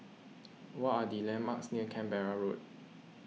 what are the landmarks near Canberra Road